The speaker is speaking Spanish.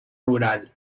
rural